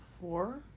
four